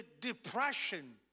depression